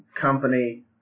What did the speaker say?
company